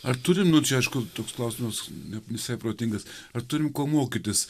ar turim nu čia aišku toks klausimas ne visai protingas ar turim ko mokytis